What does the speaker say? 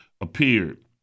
appeared